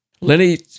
Lenny